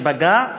שפגע,